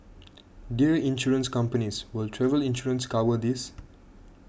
dear Insurance companies will travel insurance cover this